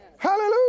Hallelujah